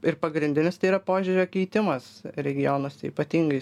ir pagrindinis tai yra požiūrio keitimas regionuose ypatingai